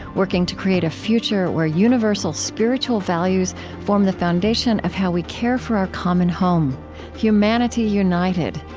working to create a future where universal spiritual values form the foundation of how we care for our common home humanity united,